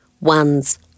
one's